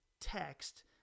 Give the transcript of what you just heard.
text